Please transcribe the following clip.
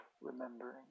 remembering